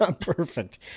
Perfect